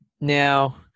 now